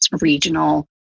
regional